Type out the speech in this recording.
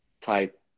type